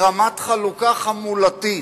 ברמת חלוקה חמולתית,